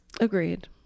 agreed